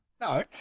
No